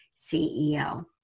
CEO